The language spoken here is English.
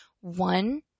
one